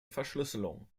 verschlüsselung